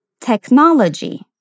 technology